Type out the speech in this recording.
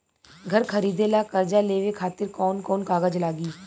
घर खरीदे ला कर्जा लेवे खातिर कौन कौन कागज लागी?